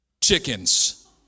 chickens